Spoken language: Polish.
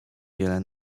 wiele